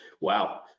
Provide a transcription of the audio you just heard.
Wow